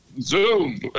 Zoom